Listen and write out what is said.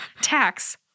tax